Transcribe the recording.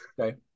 Okay